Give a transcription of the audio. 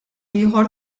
ieħor